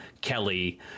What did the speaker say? Kelly